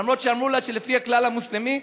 למרות שאמרו לה שלפי הכלל המוסלמי,